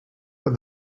but